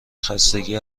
خستگی